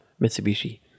Mitsubishi